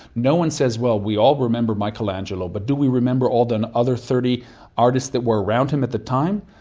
no-one says, well, we all remember michelangelo but do we remember all the and other thirty artists that were around him at the time?